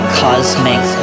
cosmic